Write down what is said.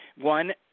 one